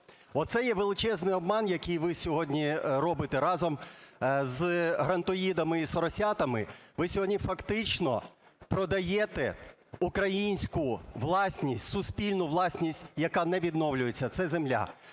Оце є величезний обман, який ви сьогодні робите разом з "грантоїдами" і "соросятами", ви сьогодні, фактично, продаєте українську власність, суспільну власність, яка не відновлюється, це земля.